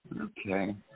Okay